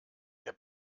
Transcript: wir